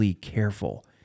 careful